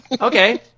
Okay